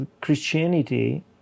Christianity